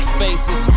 faces